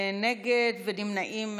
נגד, נמנעים,